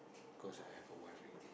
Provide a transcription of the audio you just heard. because I have a wife already